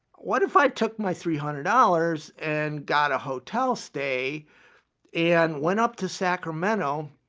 what if i took my three hundred dollars and got a hotel stay and went up to sacramento